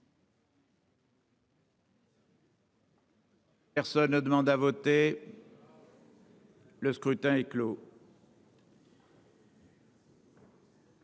Personne ne demande à voter. Le scrutin est clos.